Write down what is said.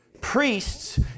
Priests